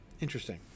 Interesting